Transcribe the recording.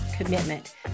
commitment